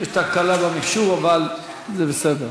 יש תקלה במחשב, אבל זה בסדר.